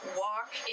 walk